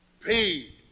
paid